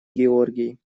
георгий